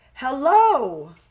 Hello